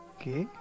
Okay